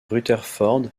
rutherford